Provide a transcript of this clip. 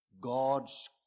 God's